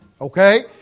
Okay